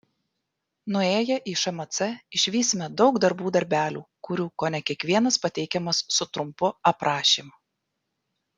nuėję į šmc išvysime daug darbų darbelių kurių kone kiekvienas pateikiamas su trumpu aprašymu